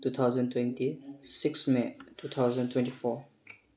two thousand twenty six may two thousand twenty four